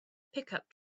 pickup